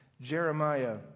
Jeremiah